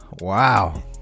Wow